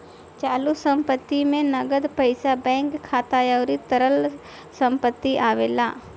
चालू संपत्ति में नगद पईसा बैंक खाता अउरी तरल संपत्ति आवेला